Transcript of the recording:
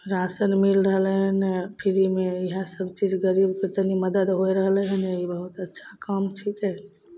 ration मिल रहलै हन फिरीमे ओहए सब चीज गरीबके तनी मदद होइ रहलै हन ई बहुत अच्छा काम छिकै